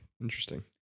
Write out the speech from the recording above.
interesting